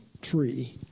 tree